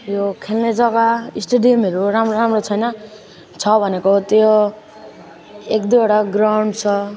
यो खेल्ने जगा स्टेडियमहरू राम्रो राम्रो छैन छ भनेको त्यो एक दुइवटा ग्राउन्ड छ